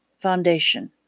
foundation